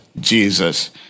Jesus